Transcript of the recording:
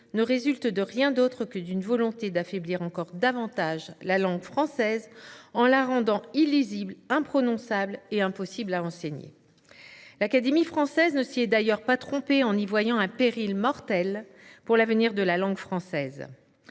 ne résulte de rien d’autre que d’une volonté d’affaiblir encore davantage la langue française en la rendant illisible, imprononçable et impossible à enseigner. L’Académie française ne s’y est d’ailleurs pas trompée en y voyant un « péril mortel » pour l’avenir de la langue française.